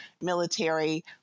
military